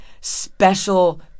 special